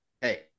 hey